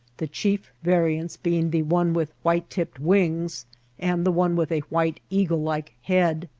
the chief variants being the one with white tipped wings and the one with a white eagle-like head.